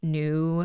new